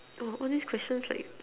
all these questions like